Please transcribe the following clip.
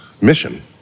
mission